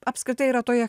apskritai yra toje